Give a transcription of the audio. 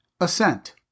Ascent